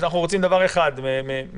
אנחנו רוצים לדעת דבר אחד מדויק,